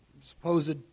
supposed